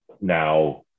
Now